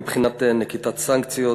מבחינת נקיטת סנקציות,